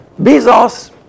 Bezos